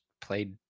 played